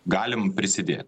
galim prisidėt